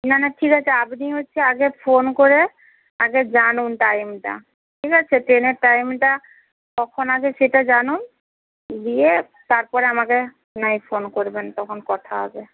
না না ঠিক আছে আপনি হচ্ছে আগে ফোন করে আগে জানুন টাইমটা ঠিক আছে ট্রেনের টাইমটা কখন আগে সেটা জানুন দিয়ে তারপরে আমাকে নয় ফোন করবেন তখন কথা হবে